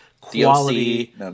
quality